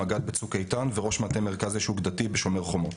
מג"ד בצוק איתן וראש מטה מרכז אש אוגדתי בשומר חומות.